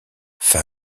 fin